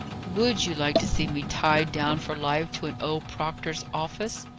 would you like to see me tied down for life to an old proctor's office?